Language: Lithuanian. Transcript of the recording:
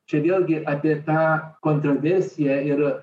čia vėlgi apie tą kontraversiją ir